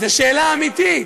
זו שאלה אמיתית.